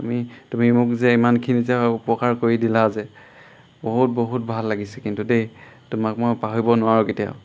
তুমি তুমি মোক যে ইমানখিনি যে উপকাৰ কৰি দিলা যে বহুত বহুত ভাল লাগিছে কিন্তু দেই তোমাক মই পাহৰিব নোৱাৰোঁ কেতিয়াও